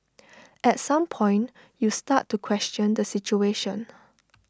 at some point you start to question the situation